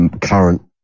current